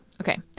Okay